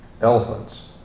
elephants